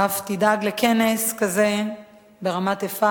אף תדאג לכנס כזה ברמת-אפעל.